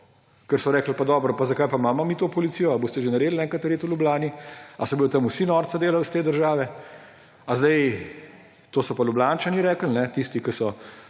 ker so rekli: »Pa dobro, pa zakaj pa imamo mi to policijo, a boste že naredili enkrat red v Ljubljani, a se bodo tam vsi norca delali iz te države.« To so pa Ljubljančani rekli, tisti, ki so